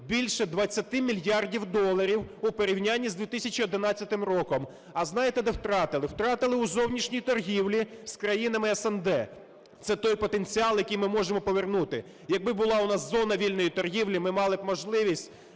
більше 20 мільярдів доларів у порівнянні з 2011 роком. А знаєте, де втратили? Втратили у зовнішній торгівлі з країнами СНД. Це той потенціал, який ми можемо повернути. Якби була у нас зона вільної торгівлі, ми мали б можливість